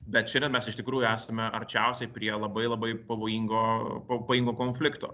bet šiandien mes iš tikrųjų esame arčiausiai prie labai labai pavojingo p pajingo konflikto